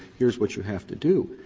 here's what you have to do.